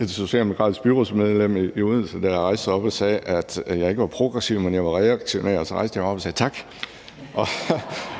et socialdemokratisk byrådsmedlem i Odense, der rejste sig op og sagde, at jeg ikke var progressiv, men at jeg var reaktionær, og så rejste jeg mig op og sagde: Tak.